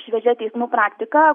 šviežia teismų praktika